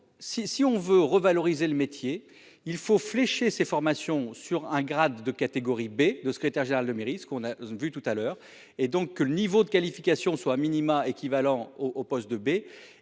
si on veut revaloriser le métier, il faut flécher ces formations sur un grade de catégorie B de secrétaire général de mairie, ce qu'on a vu tout à l'heure et donc que le niveau de qualification, soit a minima équivalent au au poste de B